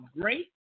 great